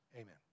Amen